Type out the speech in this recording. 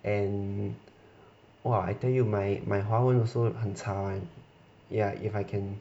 and !wah! I tell you my my 华文 also 很差 [one] ya if I can